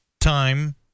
time